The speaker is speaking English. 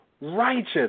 righteous